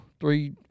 Three